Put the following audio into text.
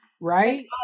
Right